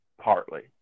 Partly